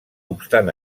obstant